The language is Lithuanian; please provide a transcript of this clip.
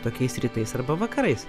tokiais rytais arba vakarais